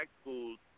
schools